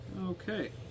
Okay